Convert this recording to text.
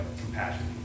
compassion